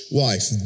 wife